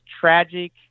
tragic